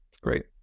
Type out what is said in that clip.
Great